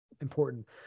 important